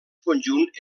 conjunt